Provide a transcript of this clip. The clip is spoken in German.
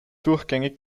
durchgängig